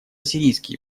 сирийские